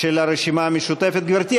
של הרשימה המשותפת, גברתי?